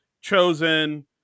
chosen